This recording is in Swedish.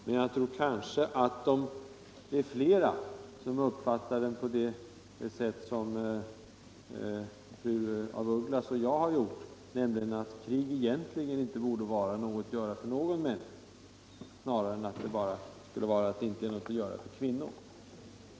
Men jag tror att det är fler som uppfattar den på det sätt som fru af Ugglas och jag har gjort, nämligen att krig inte borde vara ett göromål för någon människa, snarare än bara att det inte borde vara en uppgift för kvinnor.